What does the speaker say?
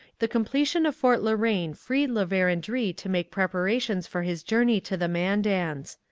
the completion of fort la reine freed la verendrye to make preparations for his journey to the mandans.